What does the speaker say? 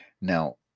Now